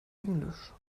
englisch